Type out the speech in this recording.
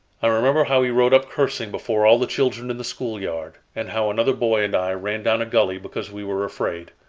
i remember how he rode up cursing before all the children in the schoolyard, and how another boy and i ran down a gully because we were afraid.